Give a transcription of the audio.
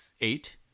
eight